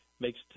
makes